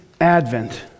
advent